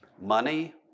money